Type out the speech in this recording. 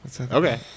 okay